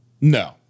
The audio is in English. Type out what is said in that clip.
No